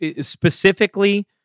specifically